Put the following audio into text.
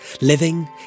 living